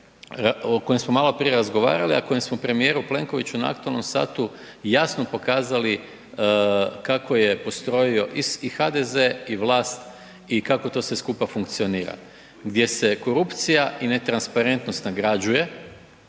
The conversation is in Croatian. o kojem smo maloprije razgovarali, a kojem smo premijeru Plenkoviću na aktualnom satu jasno pokazali kako je postroji i HDZ i vlast i kako to sve skupa funkcionira, gdje se korupcija i netransparentnost nagrađuje,